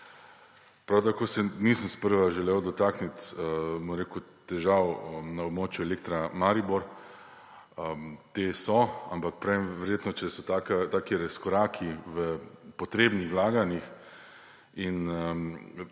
Prav tako se nisem sprva želel dotakniti težav na območju Elektra Maribor. Te so, ampak pravim, verjetno, če so taki razkoraki v potrebnih vlaganjih in